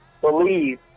believe